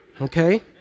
Okay